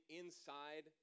inside